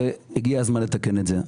הגיע הזמן לתקן את זה.